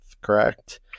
correct